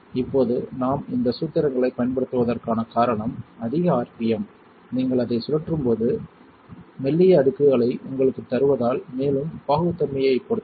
இப்போது நாம் இந்த சூத்திரங்களைப் பயன்படுத்துவதற்கான காரணம் அதிக ஆர்பிஎம் நீங்கள் அதைச் சுழற்றும்போது மெல்லிய அடுக்குகளை உங்களுக்குத் தருவதால் மேலும் பாகுத்தன்மையைப் பொறுத்தது